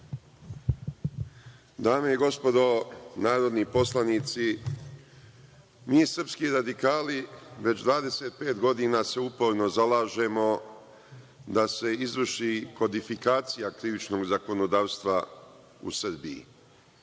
Dame i gospodo narodni poslanici, mi srpski radikali već 25 godina se uporno zalažemo da se izvrši kodifikacija krivičnog zakonodavstva u Srbiji.